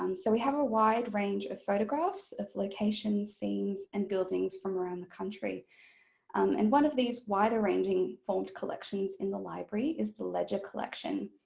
um so we have a wide range of photographs of locations, scenes and buildings from around the country and one of these wider-ranging formed collections in the library is the ledger collection.